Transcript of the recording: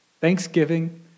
Thanksgiving